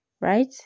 right